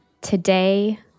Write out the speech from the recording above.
today